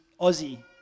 Aussie